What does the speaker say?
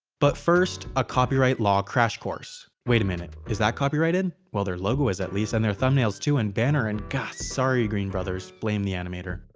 but first, a copyright law crash course. wait a minute, is that copyrighted? well their logo is at least, and their thumbnails too, and banner, and gahhh sorry green brothers, blame the animator.